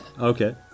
okay